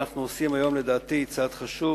אנחנו עושים היום לדעתי צעד חשוב,